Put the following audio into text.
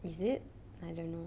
is it I don't know